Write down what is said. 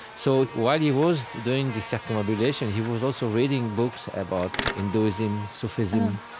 so while he was doing the circumnavigation, he was also reading books about hinduism, sufism,